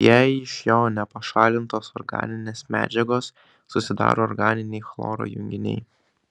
jei iš jo nepašalintos organinės medžiagos susidaro organiniai chloro junginiai